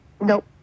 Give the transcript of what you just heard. nope